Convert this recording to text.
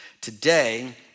today